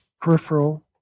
peripheral